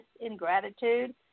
ingratitude